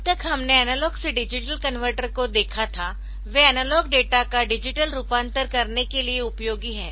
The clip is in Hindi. अब तक हमने एनालॉग से डिजिटल कनवर्टर को देखा था वे एनालॉग डेटा का डिजिटल रूपांतरण करने के लिए उपयोगी है